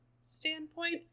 standpoint